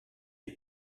est